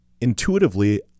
intuitively